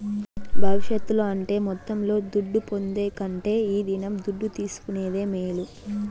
భవిష్యత్తుల అంటే మొత్తంలో దుడ్డు పొందే కంటే ఈ దినం దుడ్డు తీసుకునేదే మేలు